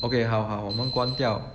okay 好好我们关掉